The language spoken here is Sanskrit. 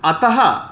अतः